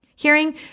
Hearing